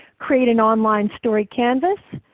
create an online story canvas,